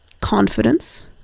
confidence